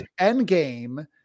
Endgame